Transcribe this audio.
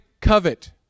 covet